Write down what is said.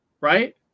right